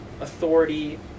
authority